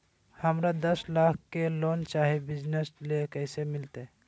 हमरा दस लाख के लोन चाही बिजनस ले, कैसे मिलते?